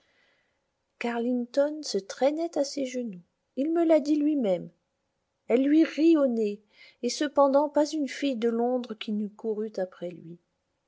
carlington se traînait à ses genoux il me l'a dit lui-même elle lui rit au nez et cependant pas une fille de londres qui ne courût après lui